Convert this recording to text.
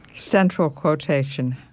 central quotation.